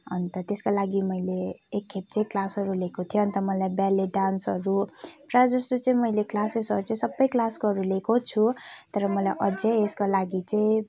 अन्त त्यसको लागि मैले एकखेप चाहिँ क्लासहरू लिएको थिएँ अन्त मलाई बेली डान्सहरू प्रायः जस्तो चाहिँ मैले क्लासेसहरू चाहिँ सबै क्लासकोहरू लिएको छु तर मलाई अझै यसको लागि चाहिँ